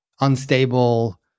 unstable